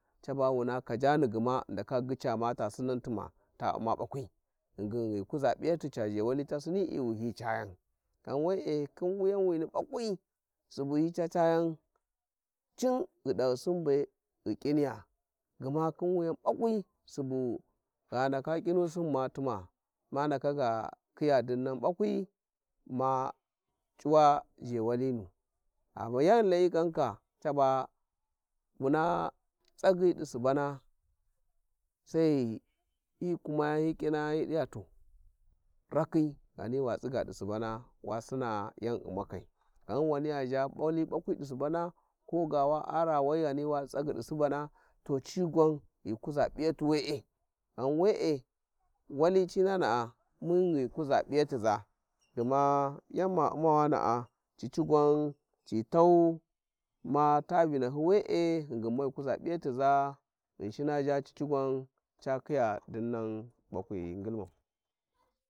﻿Caba wuna khajani gma ghi ndaka gyica ma ta sinan tuma ta nima balauri tasingin ghi kuza p`iyati ca gheuralı tasinii wa hi cer cayan ghan ghan we'e khin wuyanwini bakwi suby hi ca- cayan cin ghu dahyisin be kiniya gma khin wuyan bakwa, subu gha ndaka kinisur ma ndaka ga khiyan dinnan bakwi ma c`uwa ghewalunu amnu yan Layı gwan ka caba wuna tsaqy, di subana sai ghi hi kumiajan hi kinayan hidiyato thkhi ghani wa tsiga di subana wa sina yan u'makai guanwaniya gha Wali bakwi di subana koga wa ara wai ghani wa ghi tsagyi di ghani subana, toci gwan ghi kuza piyake we'e, ghan we`e wali ananda mun ghi kuza pi iystiza gma yan ma mawanaia cici gwan ci tau ma ta vinahy, we`e ghingni kuza piya tiza ghinshing zha cici gwan ca khiya dinnan baburi ghi ngilmau.